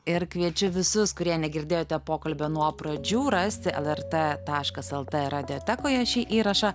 ir kviečiu visus kurie negirdėjote pokalbio nuo pradžių rasti lrt taškas lt radiotekoje šį įrašą